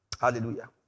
Hallelujah